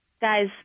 Guys